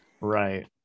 Right